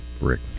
Rick